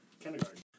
kindergarten